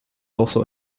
also